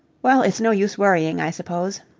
well, it's no use worrying, i suppose.